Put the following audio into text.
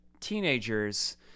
teenagers